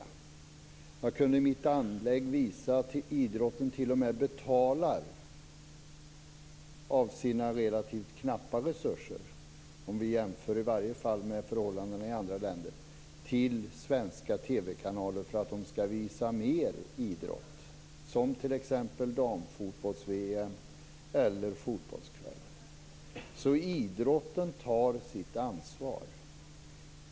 I mitt inlägg kunde jag visa att idrotten t.o.m. betalar av sina relativt knappa resurser, i alla fall om vi jämför med förhållandena i andra länder, till svenska TV-kanaler för att de skall visa mer idrott. Det gäller t.ex. damfotbolls-VM eller Fotbollskväll. Idrotten tar sitt ansvar.